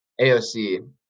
AOC